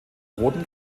roten